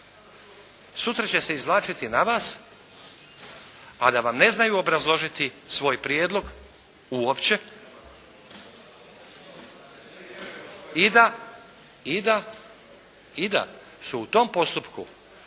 Sutra će se izvlačiti na vas, a da vam ne znaju obrazložiti svoj prijedlog uopće i da, i da, i da su u tom postupku